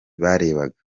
barebaga